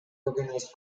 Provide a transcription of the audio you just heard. organized